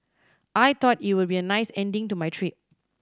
I thought it would be a nice ending to my trip